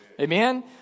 Amen